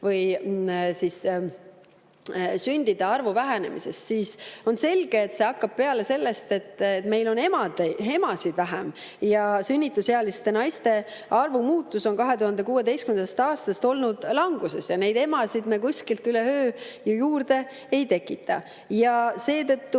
ja sündide arvu vähenemisest, siis on selge, et see hakkab peale sellest, et meil on emasid vähem. Sünnitusealiste naiste arv on 2016. aastast olnud languses ja neid emasid me üle öö kuskilt juurde ei tekita. Seetõttu